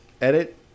edit